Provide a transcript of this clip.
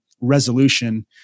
resolution